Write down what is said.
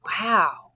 wow